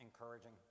encouraging